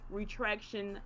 retraction